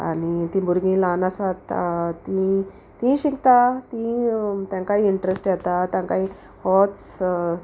आनी तीं भुरगीं ल्हान आसात तीं तीं शिकता तीं तेंकांय इंट्रस्ट येता तेंकांय होच